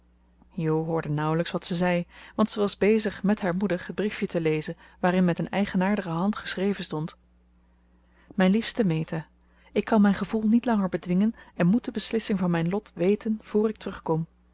jo hoorde nauwelijks wat ze zei want ze was bezig met haar moeder het briefje te lezen waarin met een eigenaardige hand geschreven stond mijn liefste meta ik kan mijn gevoel niet langer bedwingen en moet de beslissing van mijn lot weten voor ik terugkom